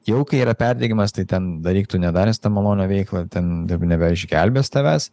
jau kai yra perdegimas tai ten daryk tu nedaręs tą malonią veiklą ten tai nebeišgelbės tavęs